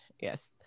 yes